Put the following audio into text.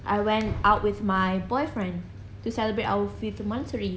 I went out with my boyfriend to celebrate our fifth monthsary